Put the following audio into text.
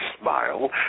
smile